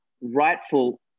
rightful